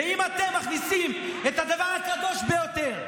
ואם אתם מכניסים את הדבר הקדוש ביותר,